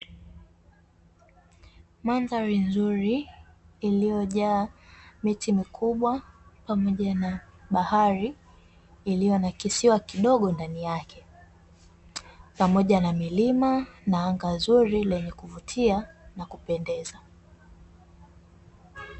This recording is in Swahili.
Mandhari nzuri iliyojaa miti mikubwa pamoja na bahari iliyo na kisiwa kidogo ndani yake. Pamoja na milima na anga zuri lenye kuvutia na kupendeza.